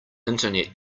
internet